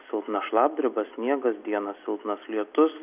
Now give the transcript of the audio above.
silpna šlapdriba sniegas dieną silpnas lietus